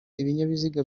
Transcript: ibinyabiziga